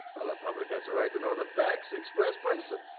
the public has the right to know the facts, the express brings them.